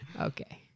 Okay